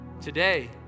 Today